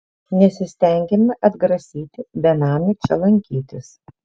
nesistengiame atgrasyti benamių čia lankytis